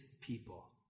people